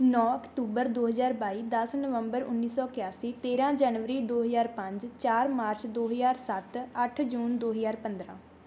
ਨੌਂ ਅਕਤੂਬਰ ਦੋ ਹਜ਼ਾਰ ਬਾਈ ਦਸ ਨਵੰਬਰ ਉੱਨੀ ਸੌ ਇਕਿਆਸੀ ਤੇਰਾਂ ਜਨਵਰੀ ਦੋ ਹਜ਼ਾਰ ਪੰਜ ਚਾਰ ਮਾਰਚ ਦੋ ਹਜ਼ਾਰ ਸੱਤ ਅੱਠ ਜੂਨ ਦੋ ਹਜ਼ਾਰ ਪੰਦਰਾਂ